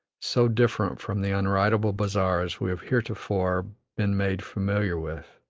so different from the unridable bazaars we have heretofore been made familiar with,